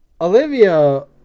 Olivia